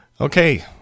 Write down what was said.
okay